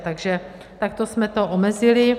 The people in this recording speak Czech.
Takže takto jsme to omezili.